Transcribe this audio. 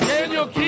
Daniel